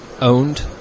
owned